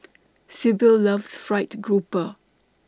Sibyl loves Fried Grouper